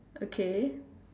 okay